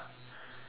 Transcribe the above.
ya